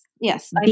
Yes